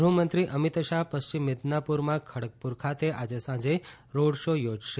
ગૃહમંત્રી અમીત શાહ પશ્ચિમ મીદનાપુરમાં ખડગપુર ખાતે આજે સાંજે રોડ શો યોજશે